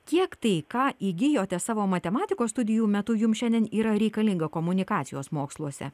kiek tai ką įgijote savo matematikos studijų metu jums šiandien yra reikalinga komunikacijos moksluose